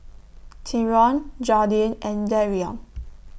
Tyron Jordin and Darrion